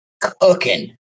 Cooking